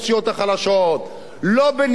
לא בניהול שנאבק בריכוזיות.